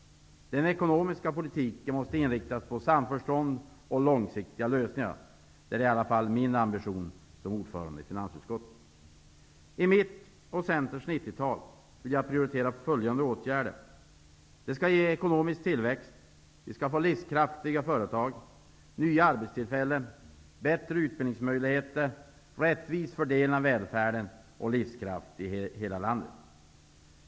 Den ekonomiska politiken måste inriktas på samförstånd och långsiktiga lösningar. Det är i alla fall min ambition, som ordförande i finansutskottet. I mitt och Centerns 90-tal vill jag prioritera åtgärder som ger ekonomisk tillväxt, livskraftiga företag, nya arbetstillfällen, bättre utbildningsmöjligheter, rättvis fördelning av välfärden och livskraft i hela landet.